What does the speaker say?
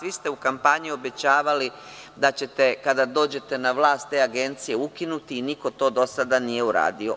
Vi ste u kampanji obećavali da ćete, kada dođete na vlast te agencije ukinuti i niko to do sada nije uradio.